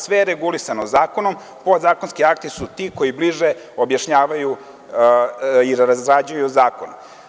Sve je regulisano zakonom. podzakonski akti su ti koji bliže objašnjavaju i razrađuju zakon.